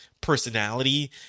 personality